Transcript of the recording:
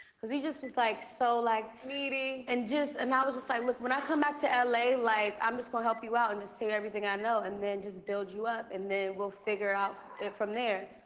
cause he just was like so like needy. and just and i was just like look when i come back to l a. like i'm just gonna help you out, and just tell you everything i know and then just build you up and then we'll figure out it from there.